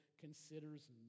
considers